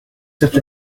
such